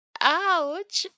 Ouch